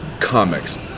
comics